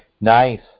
Nice